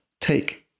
take